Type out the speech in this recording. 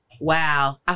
Wow